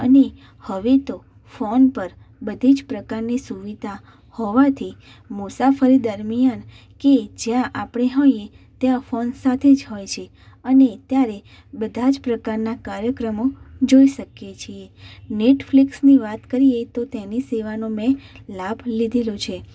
અને હવે તો ફોન પર બધી જ પ્રકારની સુવિધા હોવાથી મુસાફરી દરમિયાન કે જ્યાં આપણે હોઈએ ત્યાં ફોન સાથે જ હોય છે અને ત્યારે બધા જ પ્રકારના કાર્યક્રમો જોઈ શકીએ છે નેટફ્લિક્સની વાત કરીએ તો તેની સેવાનો મેં લાભ લીધેલો છે